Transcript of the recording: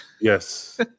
Yes